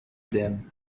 them